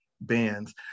bands